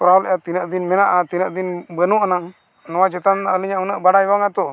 ᱠᱚᱨᱟᱣ ᱞᱮᱜᱼᱟ ᱛᱤᱱᱟᱹᱜ ᱫᱤᱱ ᱢᱮᱱᱟᱜᱼᱟ ᱛᱤᱱᱟᱹᱜ ᱫᱤᱱ ᱵᱟᱹᱱᱩᱜ ᱟᱱᱟᱝ ᱱᱚᱣᱟ ᱪᱮᱛᱟᱱ ᱟᱹᱞᱤᱧᱟᱜ ᱦᱚᱸ ᱩᱱᱟᱹᱜ ᱵᱟᱰᱟᱭ ᱵᱟᱝᱟ ᱛᱚ